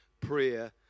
prayer